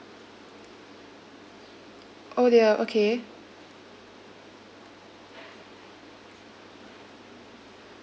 oh dear okay